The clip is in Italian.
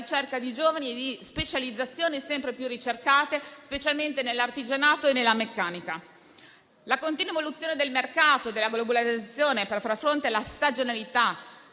ricerca di giovani e di specializzazioni sempre più ricercate, specialmente nell'artigianato e nella meccanica. La continua evoluzione del mercato, la globalizzazione, l'esigenza di far fronte alla stagionalità: